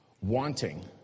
wanting